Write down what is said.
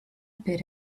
bit